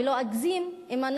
ולא אגזים אם אומר